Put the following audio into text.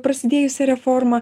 prasidėjusią reformą